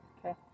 Okay